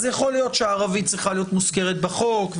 אז יכול להיות שהערבית צריכה להיות מוזכרת בחוק.